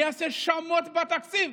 אני אעשה שמות בתקציב.